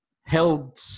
held